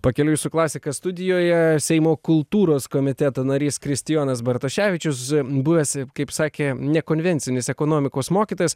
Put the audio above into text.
pakeliui su klasika studijoje seimo kultūros komiteto narys kristijonas bartoševičius buvęs kaip sakė nekonvencinis ekonomikos mokytojas